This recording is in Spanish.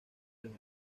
del